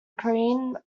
cream